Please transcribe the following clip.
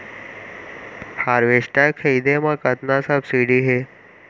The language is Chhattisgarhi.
हारवेस्टर खरीदे म कतना सब्सिडी हे?